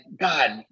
god